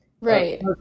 Right